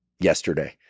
yesterday